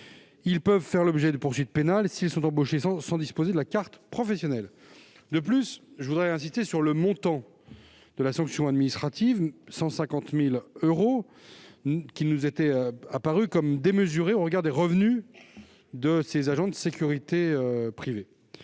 Ils peuvent, enfin, faire l'objet de poursuites pénales s'ils sont embauchés sans disposer de la carte professionnelle. De plus, je veux insister sur le montant de la sanction administrative, à savoir 150 000 euros, qui nous est apparue comme démesurée au regard des revenus de ces agents de sécurité privée.